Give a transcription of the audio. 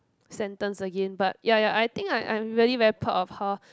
sentence again but ya ya I think I I'm really proud of her